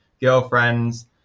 girlfriends